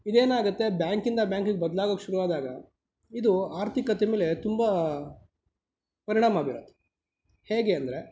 ಇದೇನಾಗುತ್ತೆ ಬ್ಯಾಂಕಿಂದ ಬ್ಯಾಂಕಿಗೆ ಬದಲಾಗೋಕೆ ಶುರುವಾದಾಗ ಇದು ಆರ್ಥಿಕತೆ ಮೇಲೆ ತುಂಬ ಪರಿಣಾಮ ಬೀರುತ್ತೆ ಹೇಗೆ ಅಂದರೆ